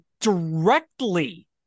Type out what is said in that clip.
directly